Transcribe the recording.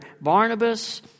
Barnabas